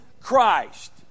christ